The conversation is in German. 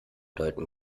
deuten